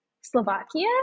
Slovakia